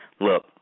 look